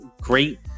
great